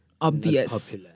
obvious